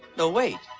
no wait!